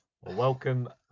Welcome